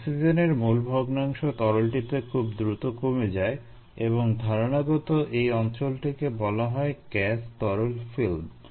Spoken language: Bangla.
অক্সিজেনের মোল ভগ্নাংশ তরলটিতে খুব দ্রুত কমে যায় এবং ধারণাগত এই অঞ্চলটিকে বলা হয় গ্যাস তরল ফিল্ম